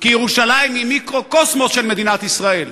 כי ירושלים היא מיקרוקוסמוס של מדינת ישראל.